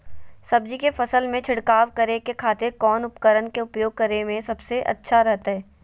सब्जी के फसल में छिड़काव करे के खातिर कौन उपकरण के उपयोग करें में सबसे अच्छा रहतय?